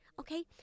okay